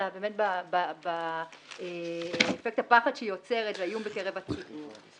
אלא באפקט הפחד שהיא יוצרת והאיום בקרב הציבור.